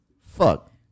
Fuck